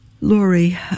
Lori